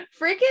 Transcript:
freaking